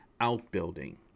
outbuilding